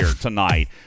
tonight